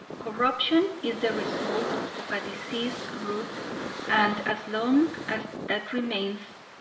corruption is the result of a diseased root and as long as that remains,